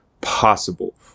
possible